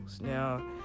Now